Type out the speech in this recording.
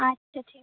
আচ্ছা ঠিক আছে